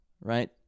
right